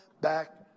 back